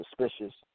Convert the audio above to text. suspicious